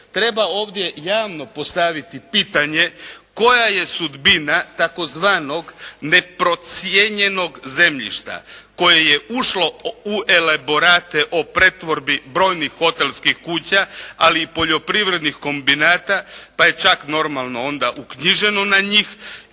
Treba ovdje javno postaviti pitanje koja je sudbina tzv. neprocijenjenog zemljišta koje je ušlo u elaborate o pretvorbi brojnih hotelskih kuća, ali i poljoprivrednih kombinata pa je čak normalno onda uknjiženo na njih,